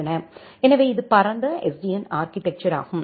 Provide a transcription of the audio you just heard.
எனவே இது பரந்த SDN ஆர்க்கிடெக்சர் ஆகும்